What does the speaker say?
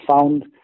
found